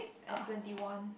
at twenty one